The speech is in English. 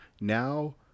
Now